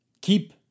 keep